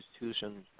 institution